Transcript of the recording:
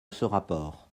rapport